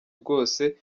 bwose